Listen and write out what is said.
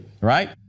right